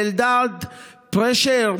לאלדד פרשר,